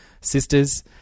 sisters